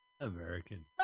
American